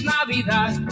Navidad